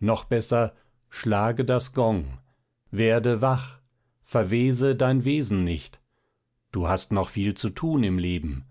noch besser schlage das gong werde wach verwese dein wesen nicht du hast noch viel zu tun im leben